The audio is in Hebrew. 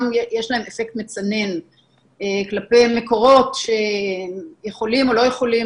יש להם אפקט מצנן כלפי המקורות שיכולים או לא יכולים,